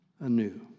anew